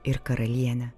ir karaliene